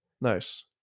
Nice